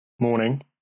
morning